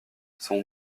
son